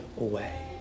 away